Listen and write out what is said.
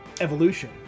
evolution